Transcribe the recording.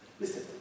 Listen